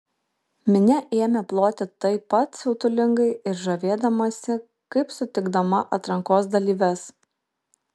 minia ėmė ploti taip pat siautulingai ir žavėdamasi kaip sutikdama atrankos dalyves